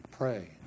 pray